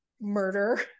murder